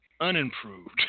unimproved